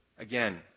Again